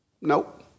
Nope